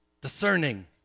discerning